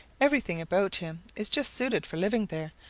everything about him is just suited for living there.